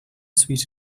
sweet